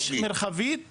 יש מרחבית לשבעה,